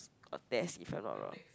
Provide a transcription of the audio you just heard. got test if I'm not wrong